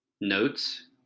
notes